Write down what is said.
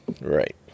Right